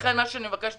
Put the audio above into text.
אני מבקשת